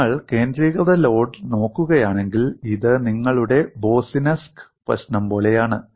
നിങ്ങൾ കേന്ദ്രീകൃത ലോഡ് നോക്കുകയാണെങ്കിൽ ഇത് നിങ്ങളുടെ ബോസ്സിനെസ്ക് പ്രശ്നം പോലെയാണ്